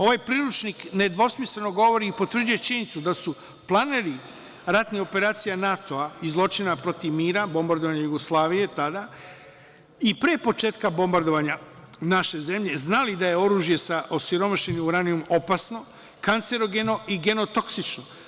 Ovaj priručnik nedvosmisleno govori i potvrđuje činjenicu da su planeri ratnih operacija NATO-a i zločina protiv mira bombardovanja Jugoslavije, tada, i pre početka bombardovanja naše zemlje znali da je oružje sa osiromašenim uranijumom opasno, kancerogeno i genotoksično.